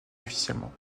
officiellement